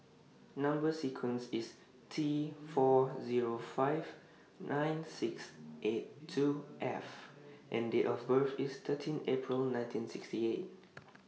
Number sequence IS T four Zero five nine six eight two F and Date of birth IS thirteen April nineteen sixty eight